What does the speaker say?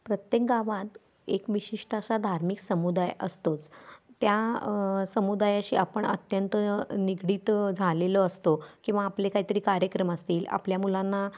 प्रत्येक गावात एक विशिष्ट असा धार्मिक समुदाय असतोच त्या समुदायाशी आपण अत्यंत निगडीत झालेलो असतो किंवा आपले काहीतरी कार्यक्रम असतील आपल्या मुलांना